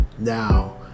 Now